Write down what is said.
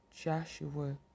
Joshua